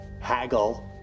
haggle